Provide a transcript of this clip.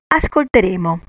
ascolteremo